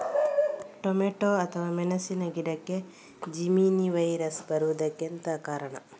Tomato ಅಥವಾ ಮೆಣಸಿನ ಗಿಡಕ್ಕೆ ಜೆಮಿನಿ ವೈರಸ್ ಬರುವುದಕ್ಕೆ ಎಂತ ಕಾರಣ?